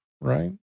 right